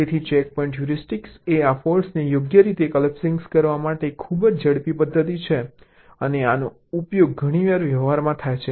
તેથી checkpoint heuristic એ આ ફૉલ્ટ્ને યોગ્ય રીતે કોલેપ્સિંગ કરવા માટે ખૂબ જ ઝડપી પદ્ધતિ છે અને આનો ઉપયોગ ઘણીવાર વ્યવહારમાં થાય છે